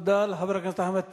תודה לחבר הכנסת אחמד טיבי.